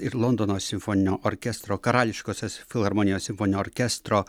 ir londono simfoninio orkestro karališkosios filharmonijos simfoninio orkestro